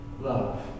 Love